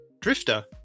Drifter